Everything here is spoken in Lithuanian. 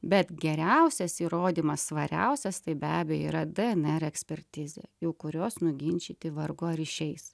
bet geriausias įrodymas svariausias tai be abejo yra dnr ekspertizė jau kurios nuginčyti vargu ar išeis